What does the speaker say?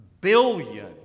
billion